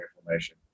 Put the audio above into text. information